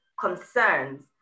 concerns